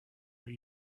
are